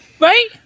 right